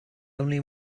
only